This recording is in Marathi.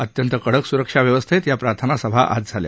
अत्यंत कडक सुरक्षा व्यवस्थेत या प्रार्थना सभा आज झाल्या